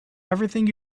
everything